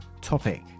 topic